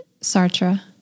Sartre